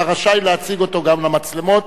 אתה רשאי להציג אותו גם למצלמות,